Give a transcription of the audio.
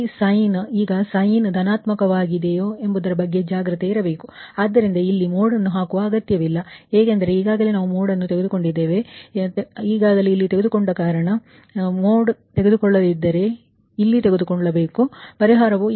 ಈಗ ಸೈನ್ ಧನಾತ್ಮಕವಾಗಿದೆಯೋಎಂಬುದರ ಬಗ್ಗೆ ಜಾಗ್ರತೆ ಇರಬೇಕು ಆದ್ದರಿಂದ ಇಲ್ಲಿ ಮೋಡ್ಅನ್ನು ಹಾಕುವ ಅಗತ್ಯವಿಲ್ಲ ಏಕೆಂದರೆ ಈಗಾಗಲೇ ನಾವು ಮೋಡ್ ಅನ್ನು ತೆಗೆದುಕೊಂಡಿದ್ದೇವೆ ಆದ್ದರಿಂದ ಇಲ್ಲಿ ನಾನು ಈಗಾಗಲೇ ತೆಗೆದುಕೊಂಡಿದ್ದೇನೆ ನೀವು ಈಗಾಗಲೇ ಇಲ್ಲಿ ಮೋಡ್ ತೆಗೆದುಕೊಂಡಿದ್ದರೆ ಇಲ್ಲಿ ಮೋಡ್ ತೆಗೆದುಕೊಳ್ಳಬೇಡಿ ಮತ್ತು ನೀವು ಇಲ್ಲಿ ಮೋಡ್ ತೆಗೆದುಕೊಳ್ಳದಿದ್ದರೆ ಇಲ್ಲಿ ಮೋಡ್ ತೆಗೆದುಕೊಳ್ಳಿ